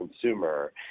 consumer